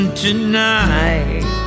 tonight